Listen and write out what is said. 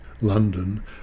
London